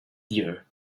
year